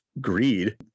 greed